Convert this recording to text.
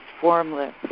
formless